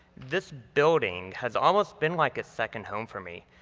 this building has almost been like a second home for me.